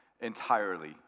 entirely